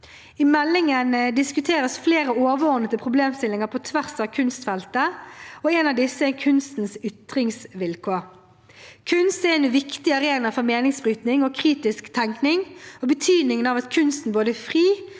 I meldingen diskuteres flere overordnede problemstillinger på tvers av kunstfeltene, og én av disse er kunstens ytringsvilkår. Kunst er en viktig arena for meningsbrytning og kritisk tenkning, og betydningen av at kunsten er fri,